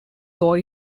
though